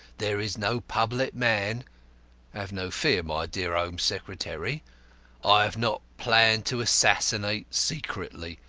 there is no public man have no fear, my dear home secretary i have not planned to assassinate secretly,